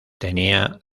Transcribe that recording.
tenían